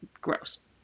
gross